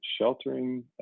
sheltering